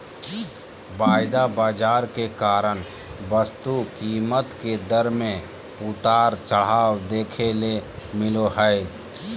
वायदा बाजार के कारण वस्तु कीमत के दर मे उतार चढ़ाव देखे ले मिलो जय